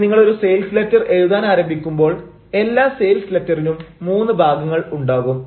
ഇനി നിങ്ങൾ ഒരു സെയിൽസ് ലെറ്റർ എഴുതാൻ ആരംഭിക്കുമ്പോൾ എല്ലാ സെയിൽസ് ലെറ്ററിനും മൂന്ന് ഭാഗങ്ങൾ ഉണ്ടാകും